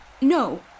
No